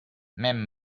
même